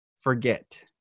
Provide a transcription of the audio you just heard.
forget